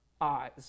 eyes